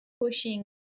pushing